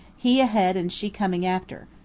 he ahead and she coming after.